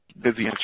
busy